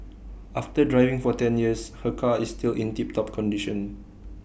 after driving for ten years her car is still in tip top condition